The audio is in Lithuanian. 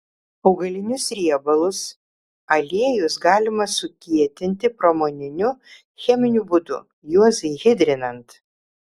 augalinius riebalus aliejus galima sukietinti pramoniniu cheminiu būdu juos hidrinant